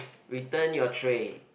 return your tray